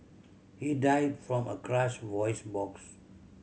he died from a crushed voice box